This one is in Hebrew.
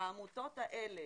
העמותות האלה